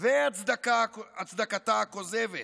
והצדקתה הכוזבת,